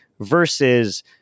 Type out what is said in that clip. versus